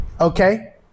Okay